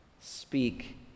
speak